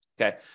Okay